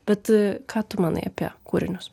bet ką tu manai apie kūrinius